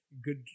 good